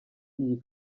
iyi